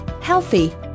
healthy